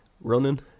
running